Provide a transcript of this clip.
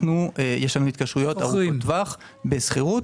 יש לנו התקשרויות ארוכות טווח בשכירות,